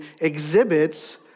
exhibits